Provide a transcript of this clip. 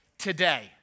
today